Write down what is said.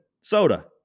Soda